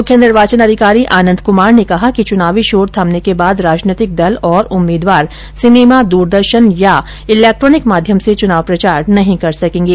मुख्य निर्वाचन अधिकारी आनंद कुमार ने कहा कि चुनावी शोर थमने के बाद राजनैतिक दल और उम्मीदवार सिनेमा द्रदर्शन अथवा इलेक्ट्रोनिक माध्यम से चुनाव प्रचार नहीं कर सकेंगे